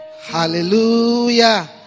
Hallelujah